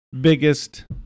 biggest